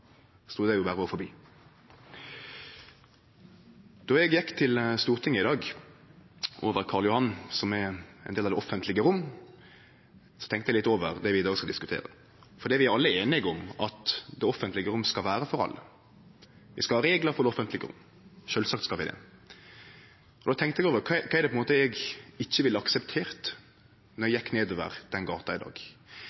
så det er berre å gå forbi. Då eg gjekk til Stortinget i dag, over Karl Johan, som er ein del av det offentlege rom, tenkte eg litt over det vi i dag skal diskutere. Vi er alle einige om at det offentlege rom skal vere for alle. Vi skal ha reglar for det offentlege rom, sjølvsagt skal vi det. Då tenkte eg over kva det er eg ikkje ville akseptert då eg